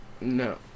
No